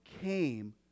came